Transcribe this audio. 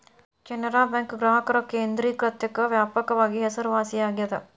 Canara bank ಗ್ರಾಹಕರ ಕೇಂದ್ರಿಕತೆಕ್ಕ ವ್ಯಾಪಕವಾಗಿ ಹೆಸರುವಾಸಿಯಾಗೆದ